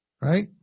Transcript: Right